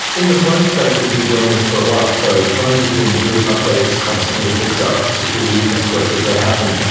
in the phone space we've been dealing with this for a while. so phones have been doing updates constantly to fix up security exploits as they happen.